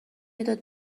مداد